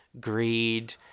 greed